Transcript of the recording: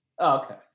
Okay